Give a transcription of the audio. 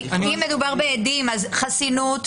אם מדובר בעדים, אז חסינות.